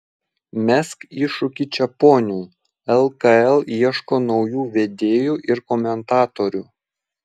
mesk iššūkį čeponiui lkl ieško naujų vedėjų ir komentatorių